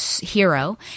hero